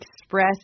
Express